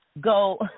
go